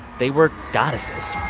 they were goddesses